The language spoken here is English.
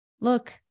look